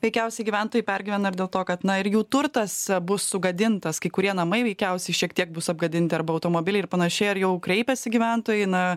veikiausiai gyventojai pergyvena ir dėl to kad na ir jų turtas bus sugadintas kai kurie namai veikiausiai šiek tiek bus apgadinti arba automobiliai ir panašiai ar jau kreipiasi gyventojai na